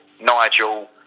Nigel